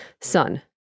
Son